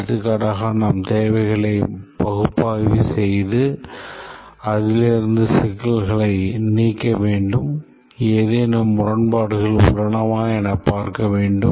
எடுத்துக்காட்டாக நாம் தேவைகளை பகுப்பாய்வு செய்து அதிலிருந்து சிக்கல்களை நீக்க வேண்டும் ஏதேனும் முரண்பாடுகள் உள்ளனவா என பார்க்க வேண்டும்